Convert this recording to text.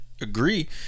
agree